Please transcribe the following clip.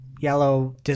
yellow